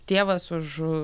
tėvas už